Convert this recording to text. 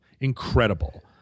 incredible